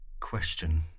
Question